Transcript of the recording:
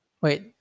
Wait